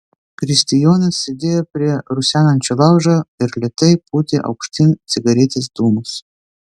kristijonas sėdėjo prie rusenančio laužo ir lėtai pūtė aukštyn cigaretės dūmus